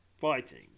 fighting